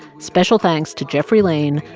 special thanks to jeffrey lane,